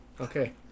Okay